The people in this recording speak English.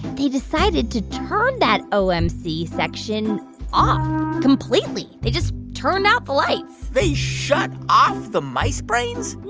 they decided to turn that omc section off completely. they just turned out the lights they shut off the mice brains?